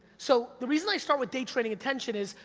so, the reason i start with day trading attention is,